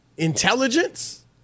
intelligence